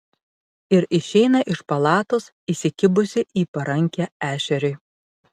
ir išeina iš palatos įsikibusi į parankę ešeriui